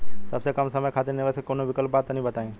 सबसे कम समय खातिर निवेश के कौनो विकल्प बा त तनि बताई?